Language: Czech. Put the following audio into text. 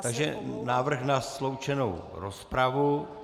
Takže návrh na sloučenou rozpravu.